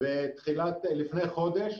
לפני חודש.